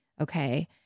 Okay